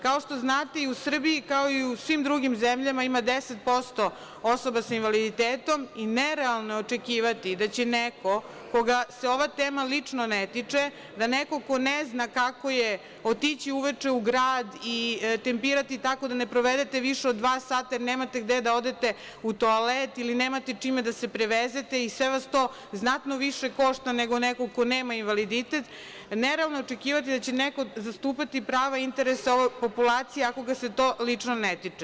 Kao što znate, i u Srbiji kao i u svim drugim zemljama ima 10% osoba sa invaliditetom i nerealno je očekivati da će neko koga se ova tema lično ne tiče, da neko ko ne zna kako je otići uveče u grad i tempirati tako da ne provedete više od dva sata, jer nemate gde da odete u toalet ili nemate čime da se prevezete i sve vas to znatno više košta nego nekog ko nema invaliditet, nerealno je očekivati da će neko zastupati prava i interese ove populacije ako ga se to lično ne tiče.